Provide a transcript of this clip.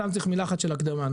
צריך מילה אחת הקדמה,